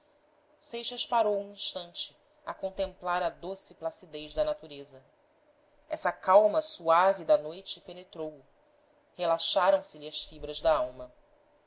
seixas parou um instante a contemplar a doce placidez da natureza essa calma suave da noite penetrou o relaxaram se lhe as fibras da alma